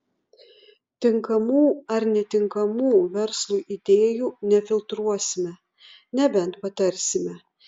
tinkamų ar netinkamų verslui idėjų nefiltruosime nebent patarsime